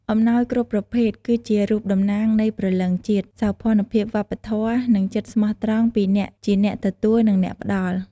អំណោយគ្រប់ប្រភេទ គឺជារូបតំណាងនៃព្រលឹងជាតិ សោភ័ណភាពវប្បធម៌ និងចិត្តស្មោះត្រង់ពីអ្នកជាអ្នកទទួល និងអ្នកផ្ដល់។